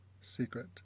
secret